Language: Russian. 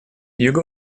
юго